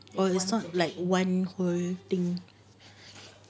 oh it's not like one whole thing